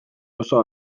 oso